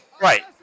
Right